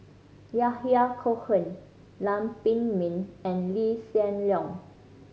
Yahya Cohen Lam Pin Min and Lee Hsien Loong